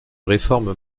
réforme